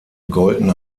gegolten